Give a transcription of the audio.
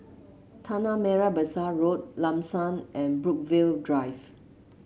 Tanah Merah Besar Road Lam San and Brookvale Drive